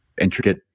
intricate